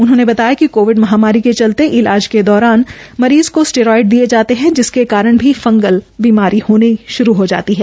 उन्होंने बतायाकि कोविड महामारी के चलते इलाज के दौरान मरीज़ को स्टीरोज़ड दिये जाते है जिसके कारण भी फंगस बीमारी होनी शुरू हो गई है